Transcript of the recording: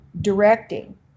directing